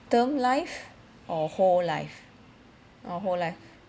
term life or whole life or whole life